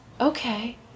Okay